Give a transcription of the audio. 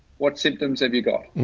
what symptoms have you got?